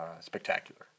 spectacular